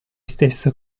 stesso